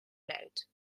luid